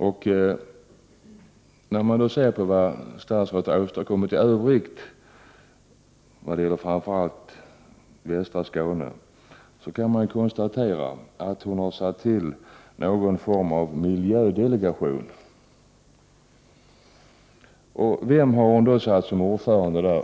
Om man då ser på vad statsrådet i övrigt har åstadkommit när det gäller framför allt västra Skåne kan man konstatera att hon har satt till någon form av miljödelegation. Vem har hon då gjort till ordförande i den?